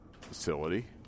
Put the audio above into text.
facility